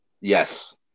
Yes